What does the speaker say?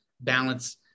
balance